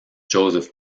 joseph